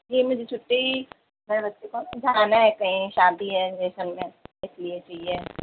جی مجھے چُھٹی میرے بچے کو جانا ہے کہیں شادی ہے اصل میں اِس لیے چاہیے